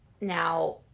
Now